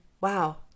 wow